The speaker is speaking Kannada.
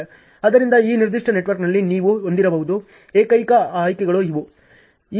ಆದ್ದರಿಂದ ಈ ನಿರ್ದಿಷ್ಟ ನೆಟ್ವರ್ಕ್ನಲ್ಲಿ ನೀವು ಹೊಂದಿರುವ ಏಕೈಕ ಆಯ್ಕೆಗಳು ಇವು